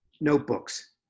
notebooks